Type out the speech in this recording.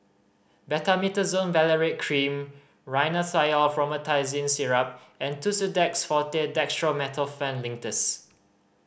Betamethasone Valerate Cream Rhinathiol Promethazine Syrup and Tussidex Forte Dextromethorphan Linctus